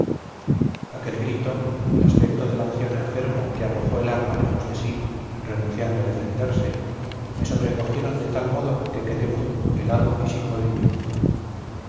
aquel grito el aspecto del anciano enfermo que arrojó el arma lejos de sí renunciando a defenderse me sobrecogieron de tal modo que quedé mudo helado y sin movimiento